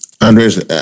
Andres